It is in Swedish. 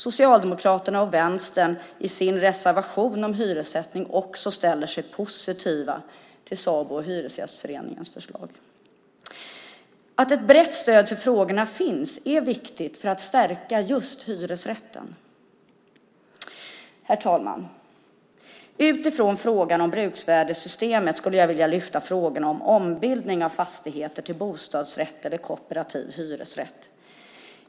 Socialdemokraterna och Vänstern ställer sig i sin reservation om hyressättning också positiva till Sabos och Hyresgästföreningens förslag. Att ett brett stöd för frågorna finns är viktigt för att stärka just hyresrätten. Herr talman! Utöver frågan om bruksvärdessystemet skulle jag vilja lyfta frågorna om ombildning av fastigheter till bostadsrätt eller kooperativ hyresrätt.